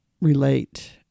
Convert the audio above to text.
relate